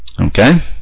Okay